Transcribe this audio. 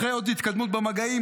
אחרי עוד התקדמות במגעים,